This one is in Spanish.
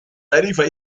tarifa